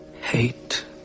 hate